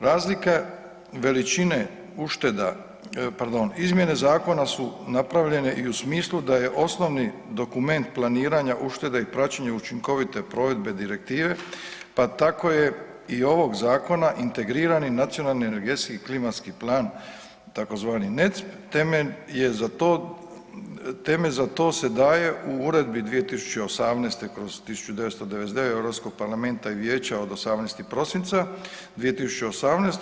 Razlika veličine ušteda, pardon izmjene zakona su napravljene i u smislu da je osnovni dokument planiranja uštede i praćenje učinkovite provedbe direktive, pa tako je i ovog zakona integrirani nacionalni energetski klimatski plan tzv. NEC temelj za to se daje u Uredbi 2018/1999 Europskog parlamenta i Vijeća od 18. prosinca 2018.